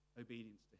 Obedience